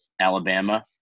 Alabama